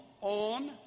on